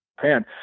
Japan